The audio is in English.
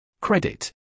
Credit